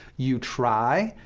you try,